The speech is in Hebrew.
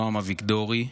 נעם אביגדורי,